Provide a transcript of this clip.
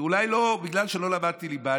אולי בגלל שלא למדתי ליבה,